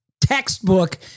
textbook